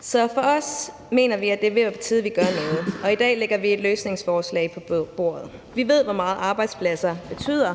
Så vi mener, at det er ved at være på tide, at vi gør noget, og i dag lægger vi et løsningsforslag på bordet. Vi ved, hvor meget arbejdspladser betyder